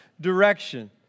direction